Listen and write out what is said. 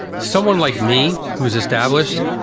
someone like me who's established.